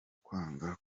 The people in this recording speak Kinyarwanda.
kwanga